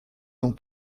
dans